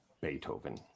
Beethoven